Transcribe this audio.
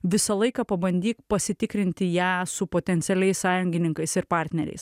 visą laiką pabandyk pasitikrinti ją su potencialiais sąjungininkais ir partneriais